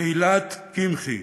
אילת קמחי,